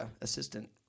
assistant